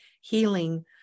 healing